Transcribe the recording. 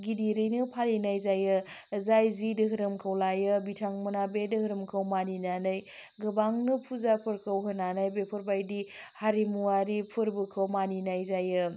गिदिरैनो फालिनाय जायो जाय जि दोहोरोमखौ लायो बिथांमोना बे दोहोरोमखौ मानिनानै गोबांनो फुजाफोरखौ होनानै बेफोर बायदि हारिमुवारि फोरबोखौ मानिनाय जायो